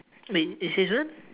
wait it says what